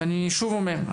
ואני שוב אומר,